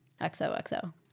XOXO